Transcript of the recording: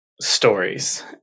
stories